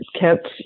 kept